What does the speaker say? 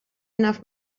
enough